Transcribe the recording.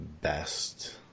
best